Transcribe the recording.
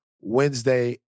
Wednesday